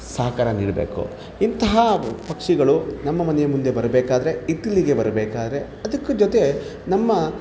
ಸಹಕಾರ ನೀಡಬೇಕು ಇಂತಹ ಪಕ್ಷಿಗಳು ನಮ್ಮ ಮನೆಯ ಮುಂದೆ ಬರಬೇಕಾದರೆ ಹಿತ್ತಲಿಗೆ ಬರಬೇಕಾದರೆ ಅದಕ್ಕೂ ಜೊತೆ ನಮ್ಮ